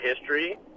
history